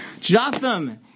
Jotham